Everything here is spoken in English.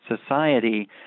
society